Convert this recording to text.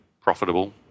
profitable